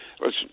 Listen